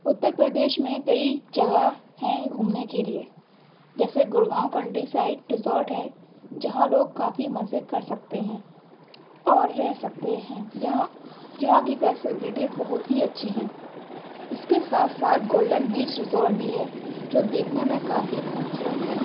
اتر پردیش میں کئی جگہ ہیں گھومنے کے لیے جیسے گڑگاؤں کنٹری سائڈ ریزورٹ ہے جہاں لوگ کافی مزے کر سکتے ہیں اور رہ سکتے ہیں جہاں جہاں کی فیسیلٹیز بہت ہی اچھی ہیں اس کے ساتھ ساتھ گولڈن بیچ ریزورٹ بھی ہے جو دیکھنے میں کافی خوب صورت ہے